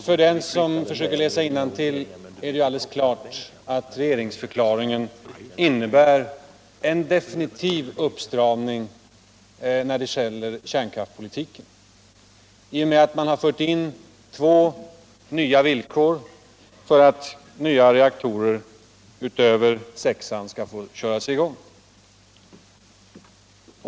För den som försöker läsa innantill tycker jag att det måste stå alldeles klart att regeringsförklaringen innebär en definitiv uppstramning när det gäller kärnkraftspolitiken i och med att man har fört in två nya villkor för att nya reaktorer utöver den sjätte skall få köras igål1g.